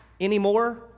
anymore